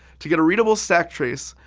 to get a readable stack trace,